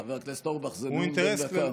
חבר הכנסת אורבך, זה נאום בן דקה,